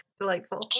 delightful